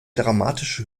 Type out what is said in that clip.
dramatische